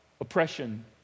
oppression